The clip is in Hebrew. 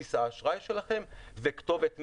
כרטיס אשראי וכתובת מייל,